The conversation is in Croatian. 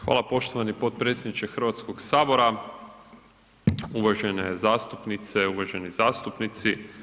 Hvala poštovani potpredsjedniče Hrvatskoga sabora, uvažene zastupnice, uvaženi zastupnici.